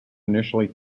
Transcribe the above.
initially